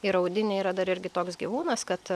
ir audinė yra dar irgi toks gyvūnas kad